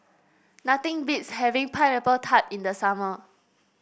nothing beats having Pineapple Tart in the summer